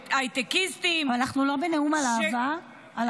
הייטקיסטים --- אנחנו לא בנאום על אהבה עכשיו,